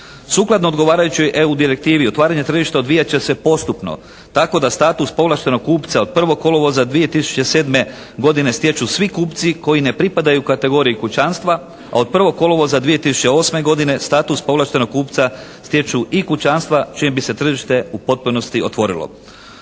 Sukladno odgovarajućoj EU direktivi otvaranje tržišta odvijat će se postupno, tako da status povlaštenog kupca od 1. kolovoza 2007. godine stječu svi kupci koji ne pripadaju kategoriji kućanstva a od 1. kolovoza 2008. godine status povlaštenog kupca stječu i kućanstva čime bi se tržište u potpunosti otvorilo.